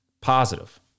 positive